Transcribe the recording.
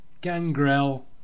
Gangrel